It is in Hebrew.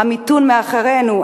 המיתון מאחורינו,